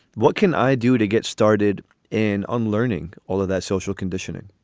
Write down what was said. what can i do to get started in unlearning all of that social conditioning?